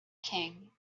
king